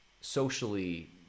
socially